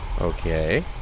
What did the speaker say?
Okay